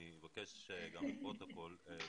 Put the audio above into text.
לפרוטוקול אני מבקש לכנס